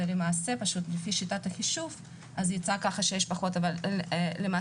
ולפי שיטת החישוב יצא כך שיש פחות אבל למעשה,